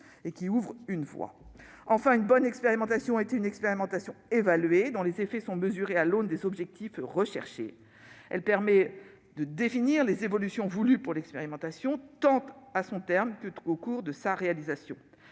et qui ouvre une voie. Enfin, une bonne expérimentation est une expérimentation évaluée, dont les effets sont mesurés à l'aune des objectifs recherchés. L'évaluation permet de définir les évolutions voulues pour l'expérimentation, tant à son terme qu'au cours de sa réalisation.